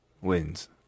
wins